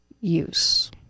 use